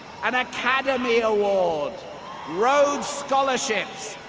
an academy award rhodes scholarships,